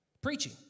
Preaching